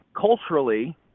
culturally